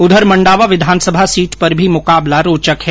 उधर मंडावा विधानसभा सीट पर भी मुकाबला रोचक है